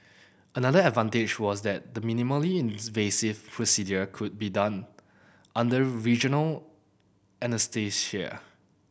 another advantage was that the minimally invasive procedure could be done under regional anaesthesia